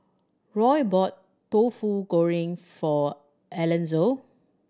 Roy bought tofu goreng for Alanzo